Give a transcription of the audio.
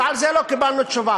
ועל זה לא קיבלנו תשובה.